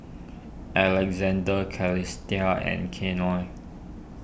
Alexander Celestia and Keion